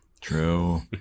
true